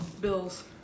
Bills